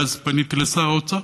ואז פניתי לשר האוצר